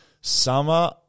Summer